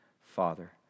Father